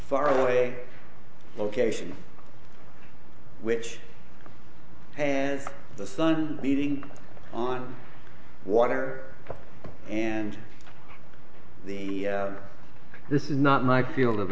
far away location which has the sun beating on water and the this is not my field of